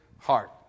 heart